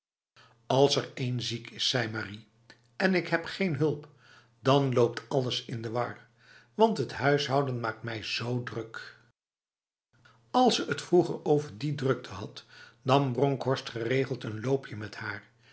als er een ziek is zei marie en ik heb geen hulp dan loopt alles in de war want het huishouden maakt het mij z druk als ze het vroeger over die drukte had nam bronkhorst geregeld een loopje met haar